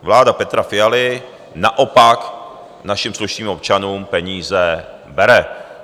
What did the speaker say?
Vláda Petra Fialy naopak našim slušným občanům peníze bere.